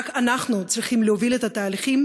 רק אנחנו צריכים להוביל את התהליכים